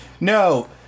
No